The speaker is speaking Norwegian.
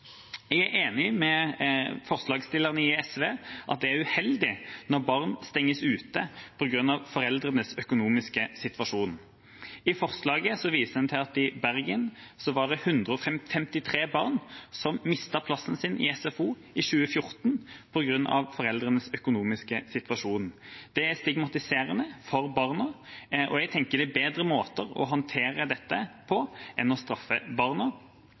Jeg er enig med forslagsstillerne fra SV i at det er uheldig når barn stenges ute på grunn av foreldrenes økonomiske situasjon. I forslaget viser en til at det i Bergen var 153 barn som mistet plassen sin i SFO i 2014 på grunn av foreldrenes økonomiske situasjon. Det er stigmatiserende for barna, og jeg tenker det er bedre måter å håndtere dette på enn å straffe barna.